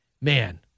man